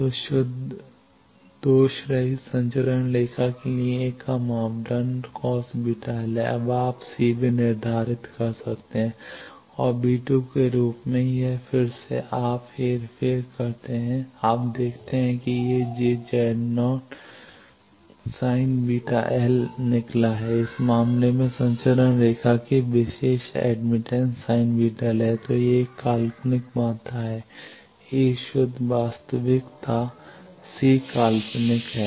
तो शुद्ध दोषरहित संचरण रेखा के लिए A मापदंड cos βl है अब आप C भी निर्धारित कर सकते हैं और V 2 के रूप में यह फिर से है आप हेरफेर करते हैं आप देखते हैं कि यह j Y 0 sin βl निकला है इस मामले में संचरण रेखा की विशेष एडमिटेंस sin βl है तो यह एक काल्पनिक मात्रा है A शुद्ध वास्तविक था C काल्पनिक है